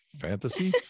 fantasy